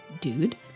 dude